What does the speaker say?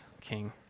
king